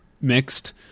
mixed